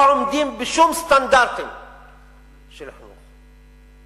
לא עומדים בשום סטנדרטים של חינוך.